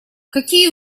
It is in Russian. какие